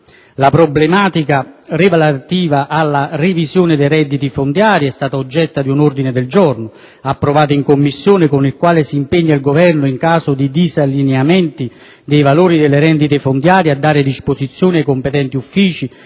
La problematica relativa alla revisione dei redditi fondiari è stata oggetto di un ordine del giorno approvato in Commissione, con il quale si impegna il Governo, in caso di disallineamenti dei valori delle rendite fondiarie, a dare disposizione ai competenti uffici